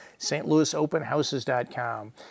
stlouisopenhouses.com